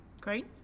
Great